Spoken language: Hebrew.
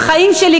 חיים שלי,